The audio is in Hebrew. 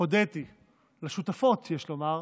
הודיתי לשותפות, יש לומר,